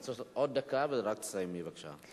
אני אוסיף לך עוד דקה, רק תסיימי, בבקשה.